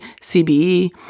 CBE